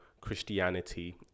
Christianity